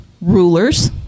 rulers